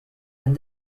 and